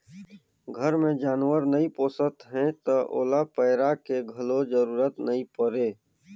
घर मे जानवर नइ पोसत हैं त ओला पैरा के घलो जरूरत नइ परे